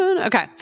Okay